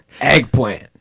Eggplant